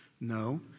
No